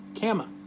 Kama